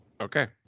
Okay